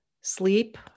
Sleep